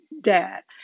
dad